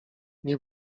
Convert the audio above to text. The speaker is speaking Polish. nie